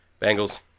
Bengals